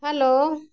hello